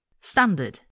Standard